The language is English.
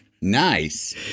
nice